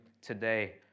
today